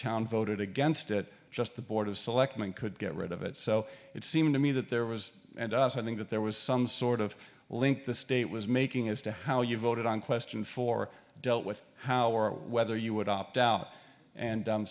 town voted against it just the board of selectmen could get rid of it so it seemed to me that there was something that there was some sort of link the state was making as to how you voted on question for dealt with how or whether you would opt out and